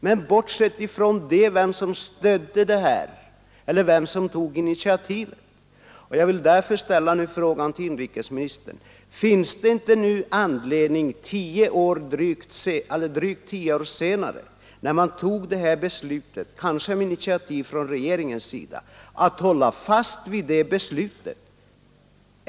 Men bortsett från vem som stödde förslaget eller vem som tog initiativet till det vill jag ändå fråga inrikesministern: Finns det inte nu, drygt tio år efter det att beslutet togs — kanske rent av på regeringens initiativ — anledning att hålla fast vid beslutet?